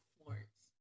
Florence